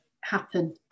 happen